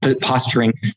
Posturing